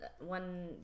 one